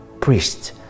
priests